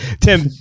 Tim